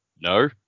No